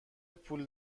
پول